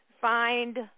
find